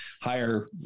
higher